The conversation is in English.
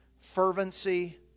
fervency